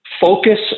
Focus